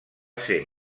ser